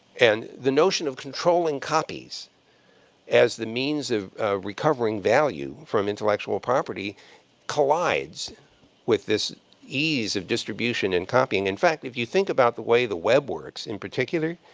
and the notion of controlling copies as the means of recovering value from intellectual property collides with this ease of distribution and copying. in fact, if you think about the way the web works in particular,